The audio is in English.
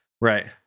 Right